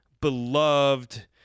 beloved